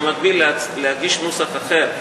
ובמקביל להגיש נוסח אחר,